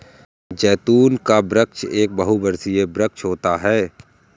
जैतून का वृक्ष एक बहुवर्षीय वृक्ष होता है